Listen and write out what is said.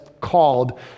called